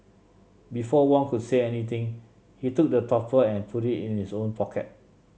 before Wong could say anything he took the topper and put it in his own pocket